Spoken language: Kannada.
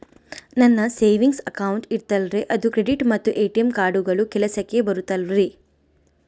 ನನ್ನ ಸೇವಿಂಗ್ಸ್ ಅಕೌಂಟ್ ಐತಲ್ರೇ ಅದು ಕ್ರೆಡಿಟ್ ಮತ್ತ ಎ.ಟಿ.ಎಂ ಕಾರ್ಡುಗಳು ಕೆಲಸಕ್ಕೆ ಬರುತ್ತಾವಲ್ರಿ?